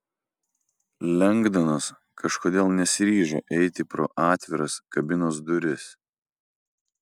lengdonas kažkodėl nesiryžo eiti pro atviras kabinos duris